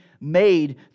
made